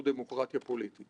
הרבה משימות עוד לפנינו.